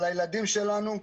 על הילדים שלנו.